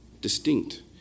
distinct